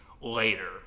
later